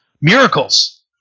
Miracles